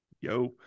yo